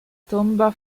tomba